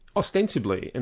ostensibly, and